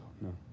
no